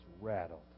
rattled